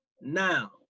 Now